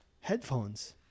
headphones